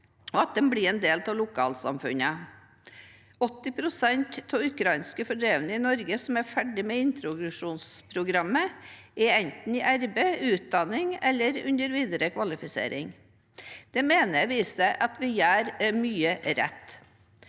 og at en blir en del av lokalsamfunnet. 80 pst. av ukrainske fordrevne i Norge som er ferdige med introduksjonsprogrammet, er enten i arbeid, i utdanning eller i gang med videre kvalifisering. Det mener jeg viser at vi gjør mye rett.